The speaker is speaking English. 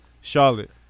Charlotte